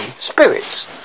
Spirits